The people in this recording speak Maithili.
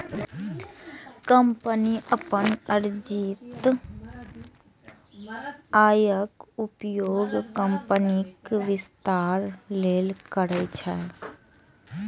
कंपनी अपन अर्जित आयक उपयोग कंपनीक विस्तार लेल करै छै